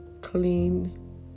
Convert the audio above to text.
clean